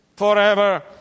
forever